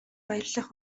баярлах